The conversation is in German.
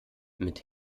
mit